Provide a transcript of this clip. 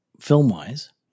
film-wise